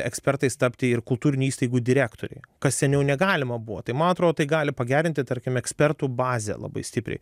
ekspertais tapti ir kultūrinių įstaigų direktoriai kas seniau negalima buvo tai ma atrodo tai gali pagerinti tarkim ekspertų bazę labai stipriai